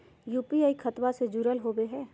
UPI खतबा से जुरल होवे हय?